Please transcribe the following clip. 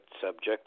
subject